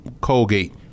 Colgate